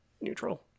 neutral